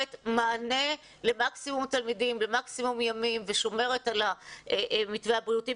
מענה למקסימום תלמידים במקסימים ימים ושומרת על המתווה הבריאותי.